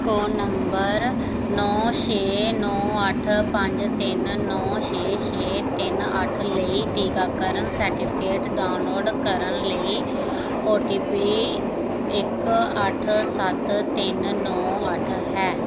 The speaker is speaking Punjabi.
ਫ਼ੋਨ ਨੰਬਰ ਨੌਂ ਛੇ ਨੌਂ ਅੱਠ ਪੰਜ ਤਿੰਨ ਨੌਂ ਛੇ ਛੇ ਤਿੰਨ ਅੱਠ ਲਈ ਟੀਕਾਕਰਨ ਸਰਟੀਫਿਕੇਟ ਡਾਊਨਲੋਡ ਕਰਨ ਲਈ ਓ ਟੀ ਪੀ ਇੱਕ ਅੱਠ ਸੱਤ ਤਿੰਨ ਨੌਂ ਅੱਠ ਹੈ